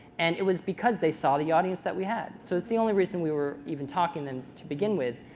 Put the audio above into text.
and it was because they saw the audience that we had. so it's the only reason we were even talking and to begin with.